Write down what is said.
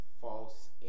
false